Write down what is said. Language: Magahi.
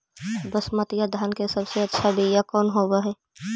बसमतिया धान के सबसे अच्छा बीया कौन हौब हैं?